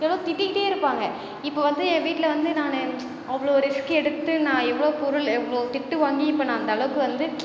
எவ்வளோ திட்டிக்கிட்டே இருப்பாங்க இப்போ வந்து என் வீட்டில் வந்து நானு அவ்வளோ ரிஸ்க் எடுத்து நான் எவ்வளோ பொருள் எவ்வளோ திட்டு வாங்கி இப்போ நான் அந்த அளவுக்கு வந்து